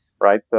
right